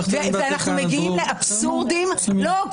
ואנחנו מגיעים לאבסורדים --- לא,